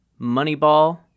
Moneyball